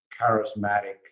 charismatic